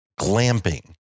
glamping